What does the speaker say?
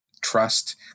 trust